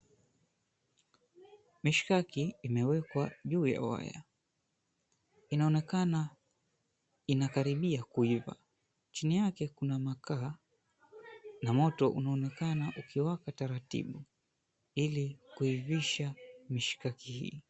Mishikaki imewekwa juu ya waya, inaonekana inakaribia kuiva. Chini yake kuna makaa na moto unaonekana ukiwaka taratibu, ili kuivisha mishikaki hii.